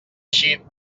així